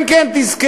כן, כן, תזכרו.